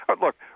look